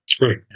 Right